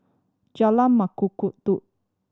Jalan Mengkudu